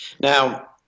now